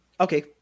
okay